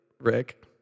Rick